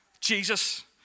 Jesus